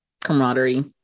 camaraderie